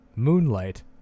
Moonlight